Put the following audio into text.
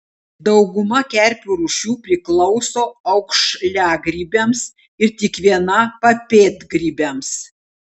dauguma kerpių rūšių priklauso aukšliagrybiams ir tik viena papėdgrybiams